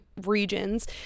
regions